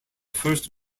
first